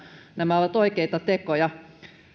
nämä ovat oikeita tekoja valtion